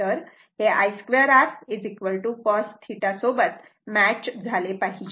तर हे I2 r cos 𝛉 सोबत मॅच झाले पाहिजे